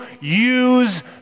use